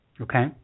Okay